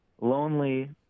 lonely